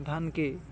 ଧାନ୍କେ